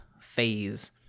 phase